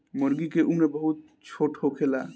मूर्गी के उम्र बहुत छोट होखेला